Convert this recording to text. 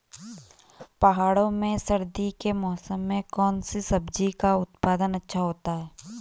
पहाड़ों में सर्दी के मौसम में कौन सी सब्जी का उत्पादन अच्छा होता है?